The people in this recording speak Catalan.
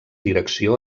direcció